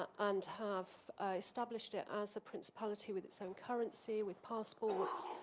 ah and have established it as a prince polity with its own currency, with passports.